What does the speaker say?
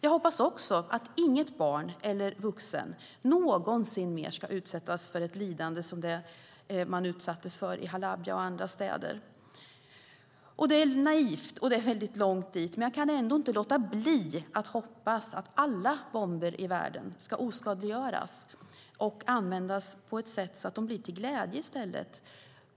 Jag hoppas också att inget barn eller vuxen någonsin mer ska utsättas för ett lidande som det man utsattes för i Halabja och andra städer. Det är naivt, och det är väldigt långt dit. Men jag kan ändå inte låta bli att hoppas att alla bomber i världen ska oskadliggöras och användas på ett sätt så att de blir till glädje i stället.